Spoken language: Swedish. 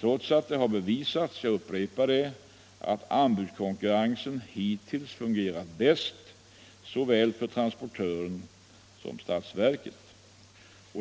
trots att det har bevisats att — det vill jag upprepa — anbudskonkurrensen hittills fungerat bäst såväl för transportören som för statsverket.